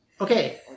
Okay